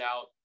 out